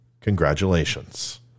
Congratulations